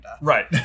Right